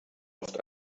oft